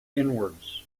inwards